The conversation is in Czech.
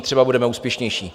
Třeba budeme úspěšnější.